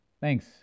thanks